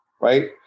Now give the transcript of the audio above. right